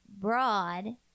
broad